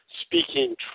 speaking